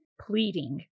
pleading